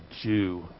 Jew